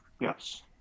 Yes